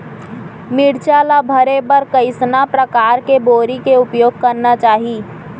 मिरचा ला भरे बर कइसना परकार के बोरी के उपयोग करना चाही?